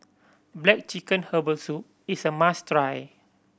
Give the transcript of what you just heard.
black chicken herbal soup is a must try